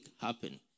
happen